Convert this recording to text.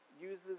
uses